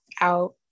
out